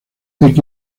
los